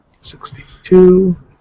sixty-two